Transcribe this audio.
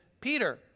Peter